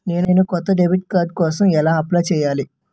నేను కొత్త debit card కోసం ఎలా అప్లయ్ చేయాలి?